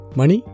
money